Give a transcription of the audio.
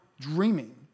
dreaming